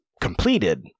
completed